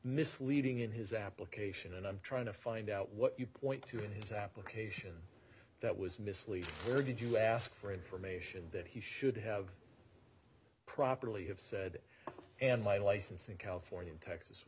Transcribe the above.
misleading in his application and i'm trying to find out what you point to in his application that was mislead or did you ask for information that he should have properly have said and my license in california texas